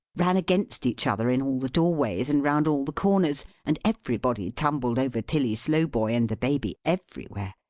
ran against each other in all the doorways and round all the corners and everybody tumbled over tilly slowboy and the baby, everywhere.